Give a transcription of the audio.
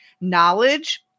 knowledge